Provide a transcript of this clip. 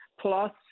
plus